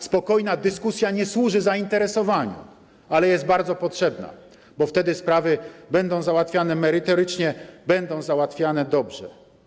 Spokojna dyskusja nie służy zainteresowaniu, ale jest bardzo potrzebna, bo wtedy sprawy będą załatwiane merytorycznie, będą załatwiane dobrze.